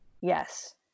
Yes